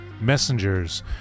Messengers